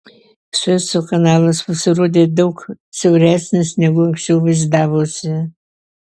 sueco kanalas pasirodė daug siauresnis negu anksčiau vaizdavosi